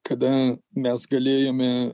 kada mes galėjome